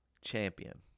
champion